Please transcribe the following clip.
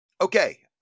Okay